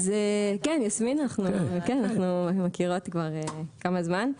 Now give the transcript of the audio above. כן, יסמין, אנחנו מכירות כבר כמה זמן.